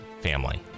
Family